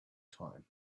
time